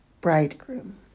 bridegroom